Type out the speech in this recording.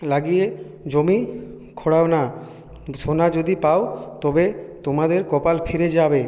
লাগিয়ে জমি খোঁড়াও না সোনা যদি পাও তবে তোমাদের কপাল ফিরে যাবে